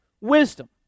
wisdom